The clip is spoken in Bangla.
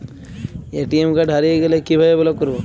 এ.টি.এম কার্ড হারিয়ে গেলে কিভাবে ব্লক করবো?